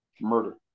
murder